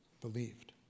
believed